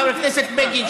חבר הכנסת בגין,